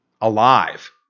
alive